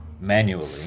Manually